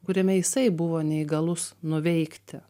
kuriame jisai buvo neįgalus nuveikti